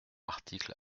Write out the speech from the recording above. article